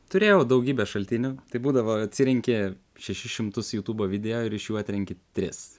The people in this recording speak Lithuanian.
turėjau daugybę šaltinių tai būdavo atsirenki šešis šimtus jutūbo video ir iš jų atrenki tris